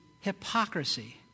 hypocrisy